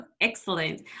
Excellent